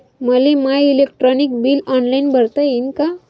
मले माय electric bill online भरता येईन का?